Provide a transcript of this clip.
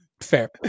Fair